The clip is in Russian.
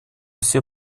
все